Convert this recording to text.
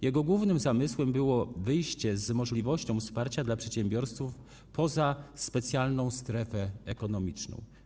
Jego głównym zamysłem było wyjście z możliwością wsparcia dla przedsiębiorców poza specjalną strefę ekonomiczną.